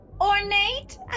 Ornate